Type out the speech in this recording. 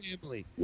family